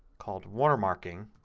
called watermarking